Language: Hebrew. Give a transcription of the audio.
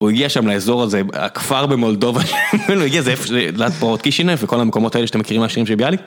הוא הגיע שם לאזור הזה, הכפר במולדובה, הוא הגיע ליד פרעות קישינב וכל המקומות האלה שאתם מכירים מהשירים של ביאליק.